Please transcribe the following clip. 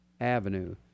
Avenue